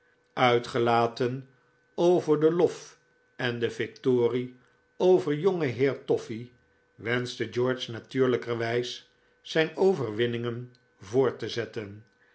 uitgelaten over den lof en de victorie over jongeheer toffy wenschte george natuurlijkerwijs zijn overwinningen voort te zetten